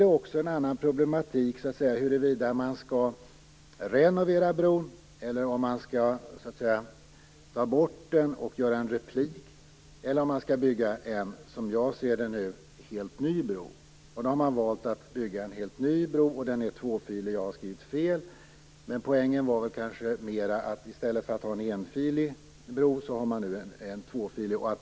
Sedan finns det en annan problematik, som gäller om man skall renovera bron, om man skall ta bort den och göra en replik eller om man, som jag ser det nu, skall bygga en helt ny bro. Man har valt att bygga en helt ny bro. Den är tvåfilig, jag har skrivit fel. Men poängen var väl kanske mer att man i stället för att ha en enfilig bro nu har en tvåfilig.